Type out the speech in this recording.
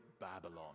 Babylon